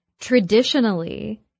traditionally